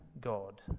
God